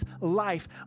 life